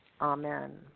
Amen